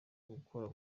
gukora